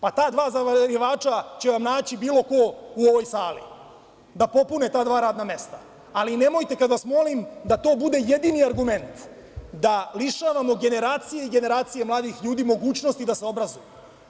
Pa, ta dva zavarivača će vam naći bilo ko u ovoj sali da popune ta dva radna mesta, ali nemojte, kad vas molim, da to bude jedini argument da lišavamo generacije i generacije mladih ljudi mogućnosti da se obrazuju.